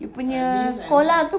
I mean I mean